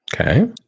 Okay